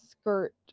skirt